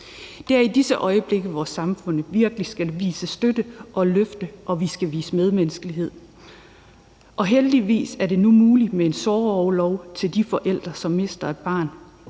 Det er i disse øjeblikke, vores samfund virkelig skal vise støtte og løfte og vi skal vise medmenneskelighed, og heldigvis er det nu muligt med en sorgorlov til de forældre, som mister et barn,